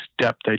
step